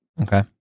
Okay